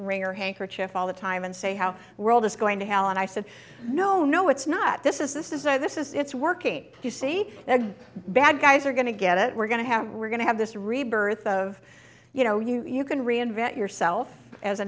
her handkerchief all the time and say how world is going to hell and i said no no it's not this is this is a this is it's working you see bad guys are going to get it we're going to have we're going to have this rebirth of you know you can reinvent yourself as a